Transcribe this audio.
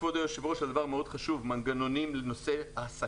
כבוד היושב-ראש דיבר על דבר מאוד חשוב והוא מנגנונים לנושא העסקה.